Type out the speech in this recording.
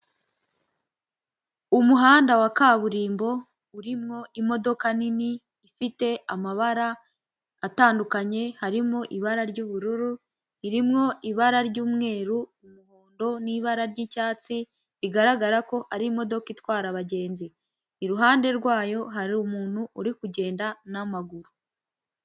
Umuhanda wa kaburimbo urimwo imodoka nini ifite amabara atandukanye harimo ibara ry'ubururu, irimowo ibara ry'umweru, umuhondo n'ibara ry'icyatsi bigaragara ko ari imodoka itwara abagenzi iruhande rwayo hari umuntu uri kugenda n'amaguru.